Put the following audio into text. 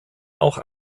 auch